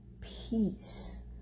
peace